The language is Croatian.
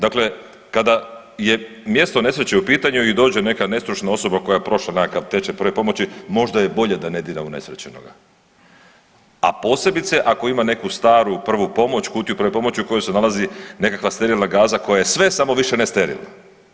Dakle, kada je mjesto nesreće u pitanju i dođe neka nestručna osoba koja je prošla nekakav tečaj prve pomoći možda je bolje da ne dira unesrećenoga, a posebice ako ima neku staru prvu pomoć, kutiju prve pomoći u kojoj se nalazi nekakva sterilna Gaza koja je sve samo više ne sterilna.